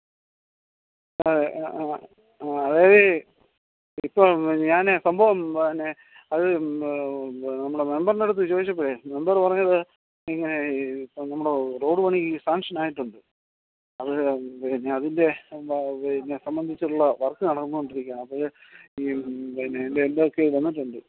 അതെ ആ ആ ആ അതായത് ഇപ്പോൾ ഞാൻ സംഭവം പിന്നെ അത് നമ്മുടെ മെമ്പർൻ്റട്ത്ത് ചോദിച്ചപ്പോൾ മെമ്പറ് പറഞ്ഞത് ഇന്നേ ഇപ്പം നമ്മുടെ റോഡ് പണി സാങ്ഷനായിട്ടുണ്ട് അത് പിന്നെ അതിൻ്റെ പിന്നെ സംബന്ധിച്ചുള്ള വർക്ക് നടന്നോണ്ടിരിക്കുകയാണ് അപ്പം ഇത് ഈ പിന്നെ എന്തൊക്കെയോ വന്നിട്ടുണ്ട്